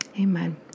Amen